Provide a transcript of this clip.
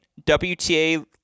WTA